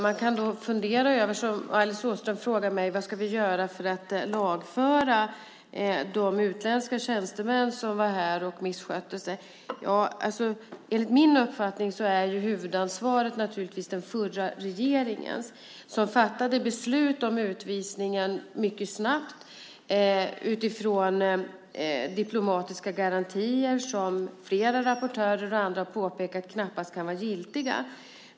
Alice Åström frågar mig vad vi ska göra för att lagföra de utländska tjänstemän som var här och misskötte sig. Enligt min uppfattning ligger huvudansvaret naturligtvis på den förra regeringen, som fattade beslut om utvisningen mycket snabbt utifrån diplomatiska garantier som flera rapportörer och andra har påpekat knappast kan vara giltiga.